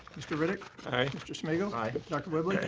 mr. riddick. aye. mr. smigiel. aye. dr. whibley.